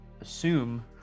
assume